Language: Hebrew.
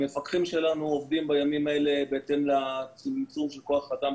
המפקחים שלנו עובדים בימים האלה בהתאם לצמצום של כוח אדם,